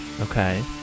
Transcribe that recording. okay